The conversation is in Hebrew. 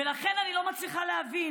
ולכן אני לא מצליחה להבין.